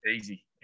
Easy